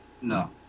no